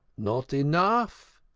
not enough!